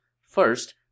First